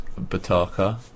Bataka